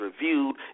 reviewed